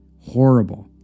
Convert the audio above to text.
horrible